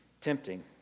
tempting